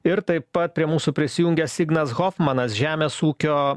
ir taip pat prie mūsų prisijungęs ignas hofmanas žemės ūkio